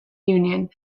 union